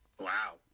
Wow